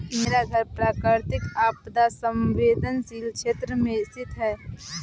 मेरा घर प्राकृतिक आपदा संवेदनशील क्षेत्र में स्थित है